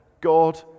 God